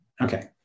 Okay